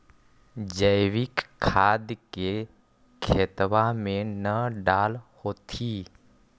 जैवीक खाद के खेतबा मे न डाल होथिं?